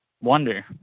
wonder